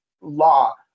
law